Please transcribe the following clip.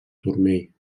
turmell